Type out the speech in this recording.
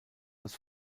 als